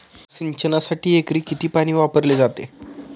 सिंचनासाठी एकरी किती पाणी वापरले जाते?